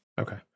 Okay